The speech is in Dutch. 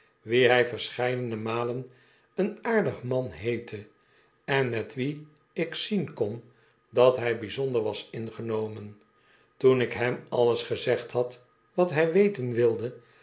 wien hy verscheidene malen een aardig man heette en met wien ikzien kon dat hy bijzonder was ingenomen toenik hem alles ge'zegd had wat hy weten wilde